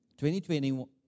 2021